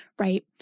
right